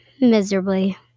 miserably